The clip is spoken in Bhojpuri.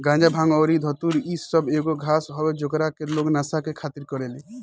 गाजा, भांग अउरी धतूर इ सब एगो घास हवे जेकरा से लोग नशा के खातिर करेले